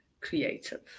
creative